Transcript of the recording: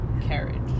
carriage